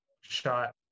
shot